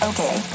Okay